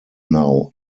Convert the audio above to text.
now